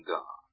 God